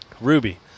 Ruby